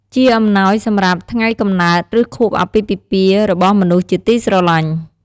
ជាអំណោយសម្រាប់ ថ្ងៃកំណើត ឬ ខួបអាពាហ៍ពិពាហ៍ របស់មនុស្សជាទីស្រឡាញ់។